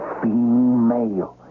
female